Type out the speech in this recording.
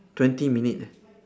twenty minute eh